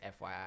FYI